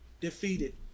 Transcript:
defeated